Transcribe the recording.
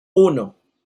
uno